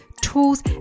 tools